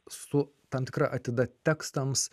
su tam tikra atida tekstams